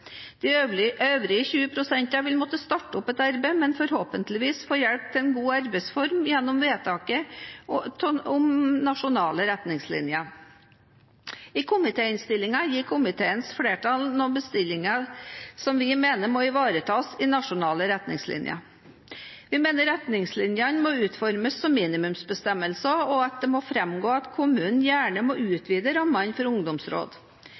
de har etablert. De øvrige 20 pst. vil måtte starte opp et arbeid, men forhåpentligvis få hjelp til en god arbeidsform gjennom vedtaket om nasjonale retningslinjer. I komitéinnstillingen gir komiteens flertall noen bestillinger som vi mener må ivaretas i nasjonale retningslinjer. Vi mener retningslinjene må utformes som minimumsbestemmelser, og at det må framgå at kommunene gjerne må utvide rammene for